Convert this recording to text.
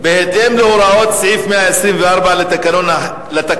בהתאם להוראות לסעיף 124 לתקנון,